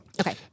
Okay